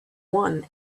one